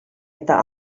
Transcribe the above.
eta